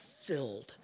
filled